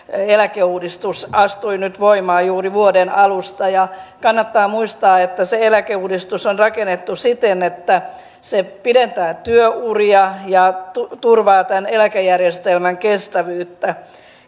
eläkeuudistus astui nyt voimaan juuri vuoden alusta kannattaa muistaa että se eläkeuudistus on rakennettu siten että se pidentää työuria ja turvaa tämän eläkejärjestelmän kestävyyttä